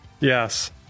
Yes